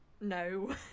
no